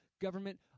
government